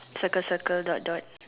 circle circle do do